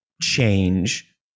change